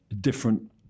different